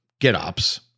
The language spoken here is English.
GitOps